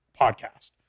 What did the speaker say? podcast